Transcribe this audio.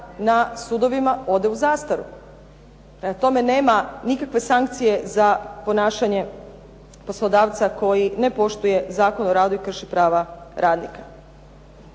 na sudovima ode u zastaru. Prema tome, nema nikakve sankcije za ponašanje poslodavca koji ne poštuje Zakon o radu i krši prava radnika.